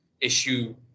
issue